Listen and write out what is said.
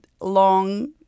long